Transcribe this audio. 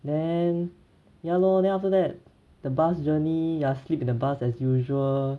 then ya lor then after that the bus journey ya sleep in the bus as usual